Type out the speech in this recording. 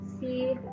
see